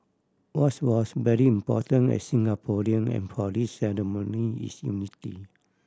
what's was very important as Singaporean and for this ceremony is unity